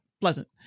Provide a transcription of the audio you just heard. pleasant